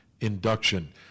induction